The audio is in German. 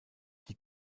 die